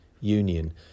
Union